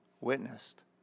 witnessed